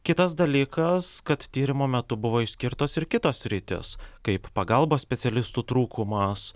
kitas dalykas kad tyrimo metu buvo išskirtos ir kitos sritys kaip pagalbos specialistų trūkumas